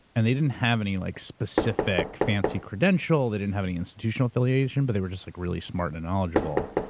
and they didn't have any like specific fancy credential. they didn't have any institutional affiliation. but they were just like really smart and knowledgeable.